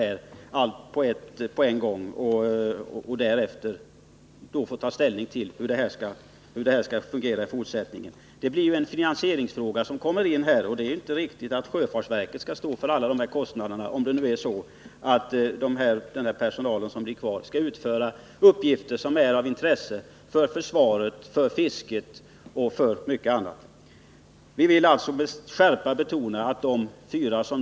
Först när vi har allt material samlat tar vi ställning till hur det skall bli i fortsättningen. Finansieringen kommer här in i bilden. Om den personal som blir kvar på fyrarna skall utföra sådana uppgifter som är av intresse för försvaret, fisket och mycket annat är det inte riktigt att sjöfartsverket skall stå för alla kostnader.